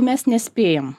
mes nespėjam